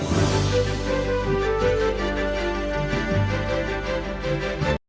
Дякую,